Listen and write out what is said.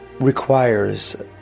requires